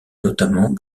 notamment